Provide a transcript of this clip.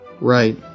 Right